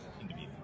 interview